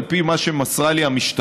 על פי מה שמסרה לי המשטרה,